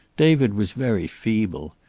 david was very feeble.